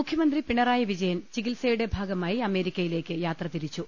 മുഖ്യമന്ത്രി പിണറായി വിജയ്ൻ ചികിത്സയുടെ ഭാഗമായി അമേരി ക്കയിലേക്ക് യാത്ര തിരിച്ചു